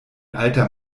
alter